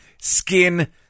Skin